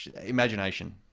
Imagination